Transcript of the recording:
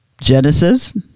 Genesis